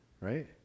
right